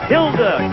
Hilda